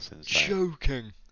joking